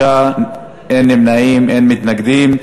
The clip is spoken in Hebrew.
33 בעד, אין נמנעים, אין מתנגדים.